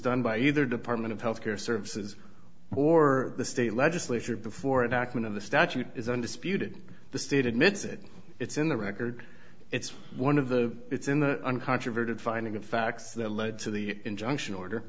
done by either department of health care services or the state legislature before it ackman of the statute is undisputed the state admits it it's in the record it's one of the it's in the uncontroverted finding of facts that led to the injunction order